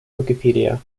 wikipedia